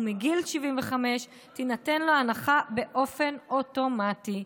ומגיל 75 תינתן לו ההנחה באופן אוטומטי.